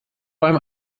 beim